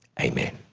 amen.